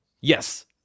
Yes